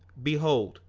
behold,